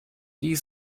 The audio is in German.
die